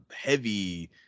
heavy